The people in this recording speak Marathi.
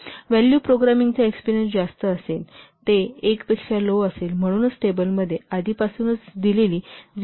तर व्हॅल्यू प्रोग्रामिंगचा एक्सपेरियन्स जास्त असेल ते 1 पेक्षा लो असेल म्हणूनच टेबलमध्ये आधीपासूनच 0